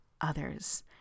others